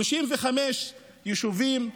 35 יישובים,